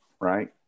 right